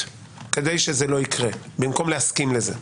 כדי שזה לא יקרה במקום להסכים לזה.